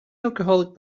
alcoholic